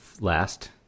last